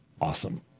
awesome